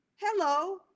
hello